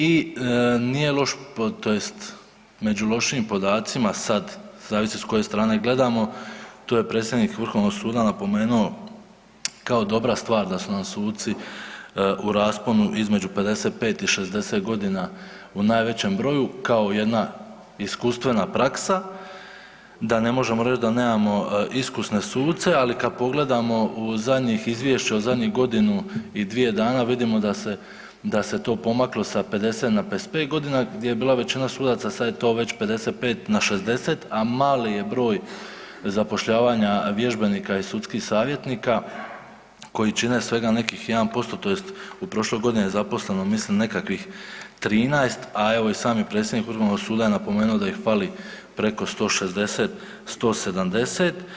I nije loš tj. među lošijim podacima sad zavisi s koje strane gledamo, to je predsjednik Vrhovnog suda napomenuo kao dobra stvar da su nam suci u rasponu između 55 i 65 godina u najvećem broju kao jedna iskustvena praksa da ne možemo reći d nemamo iskusne suce, ali kad pogledamo u zadnjih izvješće od zadnjih godinu i dvije dana vidimo da se, da se to pomaklo sa 50 na 55 godina gdje je bila većina sudaca sad je to već 55 na 60, a mali je broj zapošljavanja vježbenika i sudskih savjetnika koji čine svega nekih 1% tj. u prošloj godini je zaposleno mislim nekakvih 13, a evo i sami predsjednik Vrhovnog suda je napomenu da ih fali preko 160, 170.